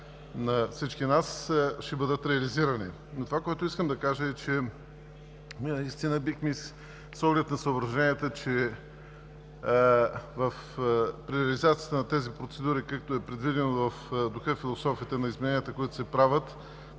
на всички нас, ще бъдат реализирани. Но това, което искам да кажа е, че бихме искали, с оглед на съображенията, че при реализацията на тези процедури, както е предвидено в духа и философията на измененията, които се правят,